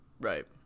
Right